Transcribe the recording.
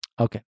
okay